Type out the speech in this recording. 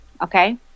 Okay